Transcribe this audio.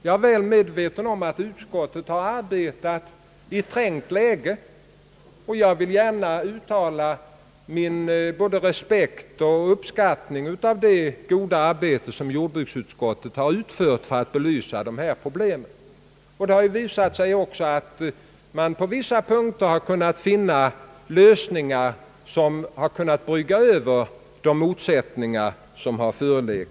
Jag är väl medveten om att utskottet har arbetat i ett trängt läge, och jag vill gärna uttala både min respekt och min uppskattning av det goda arbete som jordbruksutskottet utfört i syfte att belysa problemen. Det har ju också visat sig alt man på en del punkter lyckats finna lösningar som kunnat brygga över föreliggande motsättningar.